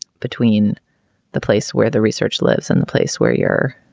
between the place where the research lives and the place where you're.